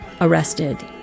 arrested